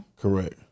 Correct